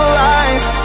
lies